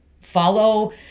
follow